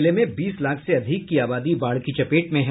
जिले में बीस लाख से अधिक की आबादी बाढ़ की चपेट में हैं